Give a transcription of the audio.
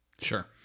Sure